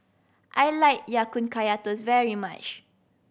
I like Ya Kun Kaya Toast very much